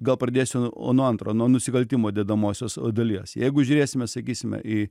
gal pradėsiu o nuo antro nusikaltimo dedamosios dalies jeigu žiūrėsime sakysime į